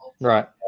Right